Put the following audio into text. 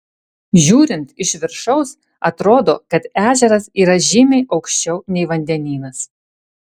žiūrint iš viršaus atrodo kad ežeras yra žymiai aukščiau nei vandenynas